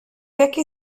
jaki